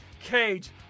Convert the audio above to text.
Cage